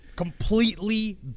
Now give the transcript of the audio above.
Completely